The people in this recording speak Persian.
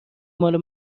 ماله